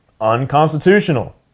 unconstitutional